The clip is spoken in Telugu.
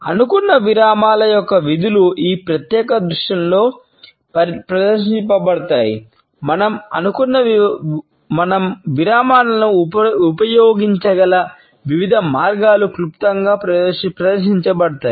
అనుకున్న విరామాల యొక్క విధులు ఈ ప్రత్యేక దృశ్యంలో ప్రదర్శించబడతాయి మనం అనుకున్న విరామాలను ఉపయోగించగల వివిధ మార్గాలు క్లుప్తంగా ప్రదర్శించబడతాయి